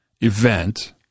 event